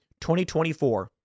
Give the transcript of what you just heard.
2024